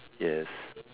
yes